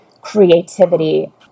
creativity